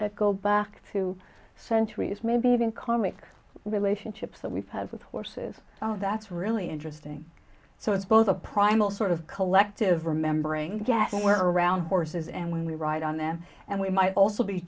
that go back to centuries maybe even comic relationships that we've had with horses that's really interesting so it's both a primal sort of collective remembering to get around horses and when we ride on them and we might also be